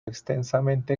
extensamente